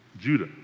Judah